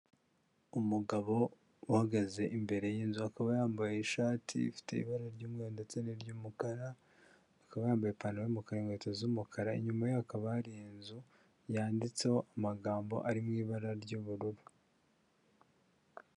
Umugabo uhagaze imbere y'inzu, akaba yambaye ishati ifite ibara ry'umweru ndetse n'iry'umukara, akaba yambaye ipantaro yumukara, inkweto z'umukara, inyuma yaho hakaba hari inzu yanditseho amagambo ari mu ibara ry'ubururu.